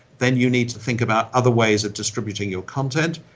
then you need to think about other ways of distributing your content.